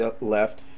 left